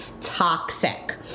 Toxic